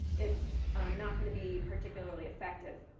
it's not going to be particularly effective.